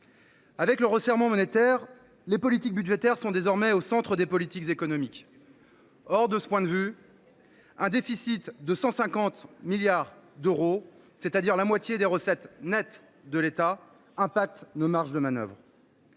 Avec le resserrement monétaire, les politiques budgétaires sont désormais au centre des politiques économiques. Or, de ce point de vue, un déficit de 150 milliards d’euros, soit la moitié des recettes nettes de l’État, impacte nos marges de manœuvre.